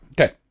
Okay